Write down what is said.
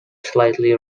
slightly